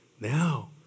Now